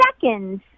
seconds